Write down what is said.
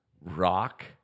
rock